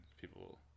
people